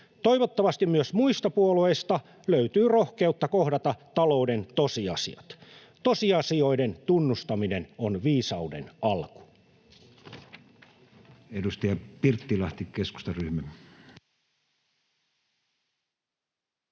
Toivottavasti myös muista puolueista löytyy rohkeutta kohdata talouden tosiasiat. Tosiasioiden tunnustaminen on viisauden alku.